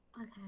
Okay